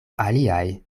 aliaj